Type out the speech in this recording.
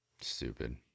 Stupid